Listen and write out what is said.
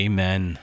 Amen